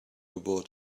abort